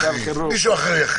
מישהו אחר יכריז.